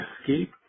Escape